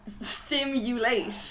simulate